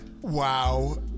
Wow